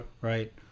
Right